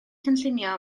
cynllunio